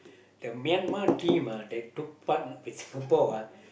the Myanmar team ah that took part with Singapore ah